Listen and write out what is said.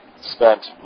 spent